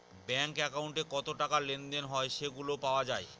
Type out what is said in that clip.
bank একাউন্টে কত টাকা লেনদেন হয় সেগুলা পাওয়া যায়